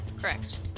Correct